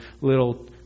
little